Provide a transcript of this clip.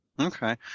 Okay